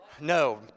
No